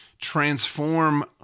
transform